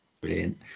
Brilliant